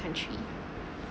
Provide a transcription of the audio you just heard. country